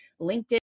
LinkedIn